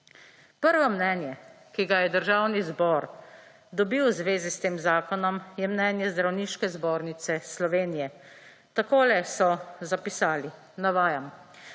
Prvo mnenje, ki ga je Državni zbor dobil v zvezi s tem zakonom je mnenje Zdravniške zbornice Slovenije. Takole so zapisali, navajam: